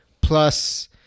plus